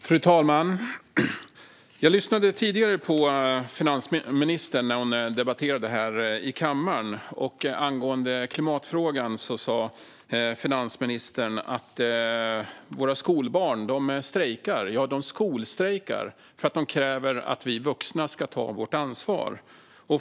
Fru talman! Jag lyssnade tidigare på finansministern när hon debatterade här i kammaren. Angående klimatfrågan sa finansministern att våra skolbarn skolstrejkar för att de kräver att vi vuxna ska ta vårt ansvar.